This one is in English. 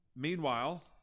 Meanwhile